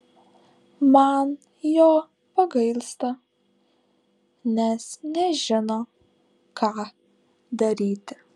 man jo pagailsta nes nežino ką daryti